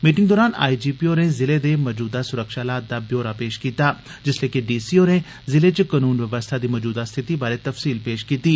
meeting दोरान I G P होरें जिले दे मजूदा सुरक्षा हालात दा ब्योरा पेश कीत्ता जिसलै कि डी सी होरें जिले च कनून व्यवस्था दी मजूदा स्थिति बारै तफसील पेश कीत्ती